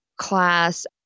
class